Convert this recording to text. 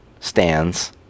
stands